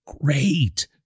Great